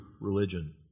religion